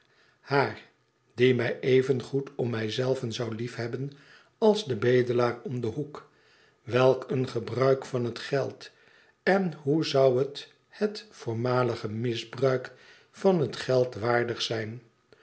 haar die mij evengoed om mij zelven zou liefhebben als den bedelaar om den hoek welk een gebruik van het geld en hoe zou t het voormalige misbruik van het geld waardig zijn